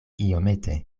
iomete